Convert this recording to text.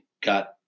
got